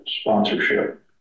sponsorship